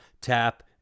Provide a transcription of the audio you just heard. Tap